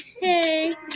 hey